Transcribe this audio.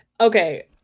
okay